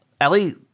Ellie